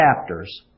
chapters